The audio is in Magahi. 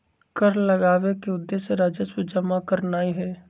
कर लगाबेके उद्देश्य राजस्व जमा करनाइ हइ